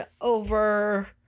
over